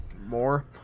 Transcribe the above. more